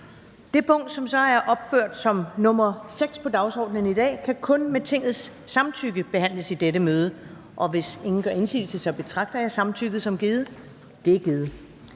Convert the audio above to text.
Det punkt, der er opført som nr. 6 på dagsordenen, kan kun med Tingets samtykke behandles i dette møde. Hvis ingen gør indsigelse, betragter jeg samtykket som givet. Det er givet.